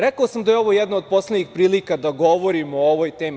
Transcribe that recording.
Rekao sam da je ovo jedna od poslednjih prilika da govorimo o ovoj temi.